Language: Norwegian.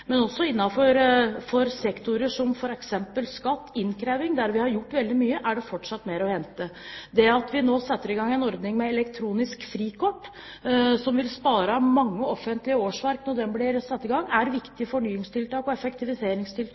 Men også innenfor sektorer for f.eks. innkreving av skatt, hvor vi har gjort veldig mye, er det fortsatt mer å hente. Det at vi nå setter i gang en ordning med elektronisk frikort som vil spare mange offentlige årsverk,